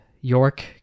York